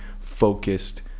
focused